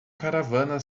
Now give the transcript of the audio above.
caravana